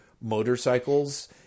motorcycles